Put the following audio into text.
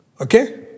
Okay